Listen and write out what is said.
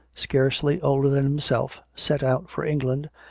scarcely older than himself, set out for england,